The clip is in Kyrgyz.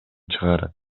чыгарат